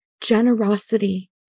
generosity